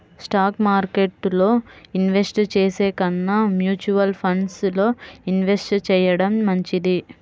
stock మార్కెట్టులో invest చేసే కన్నా మ్యూచువల్ ఫండ్స్ లో ఇన్వెస్ట్ చెయ్యడం మంచిది